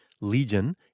Legion